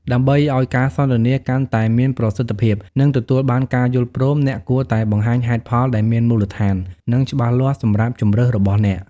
ដើម្បីឲ្យការសន្ទនាកាន់តែមានប្រសិទ្ធភាព និងទទួលបានការយល់ព្រម, អ្នកគួរតែបង្ហាញហេតុផលដែលមានមូលដ្ឋាន និងច្បាស់លាស់សម្រាប់ជម្រើសរបស់អ្នក។។